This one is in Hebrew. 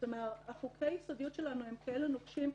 חוקי הסודיות שלנו הם נוקשים כאלה,